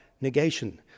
negation